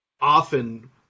often